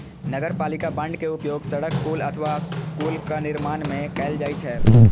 नगरपालिका बांड के उपयोग सड़क, पुल अथवा स्कूलक निर्माण मे कैल जाइ छै